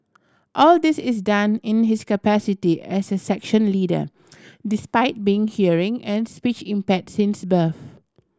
all this is done in his capacity as a section leader despite being hearing and speech impaired since birth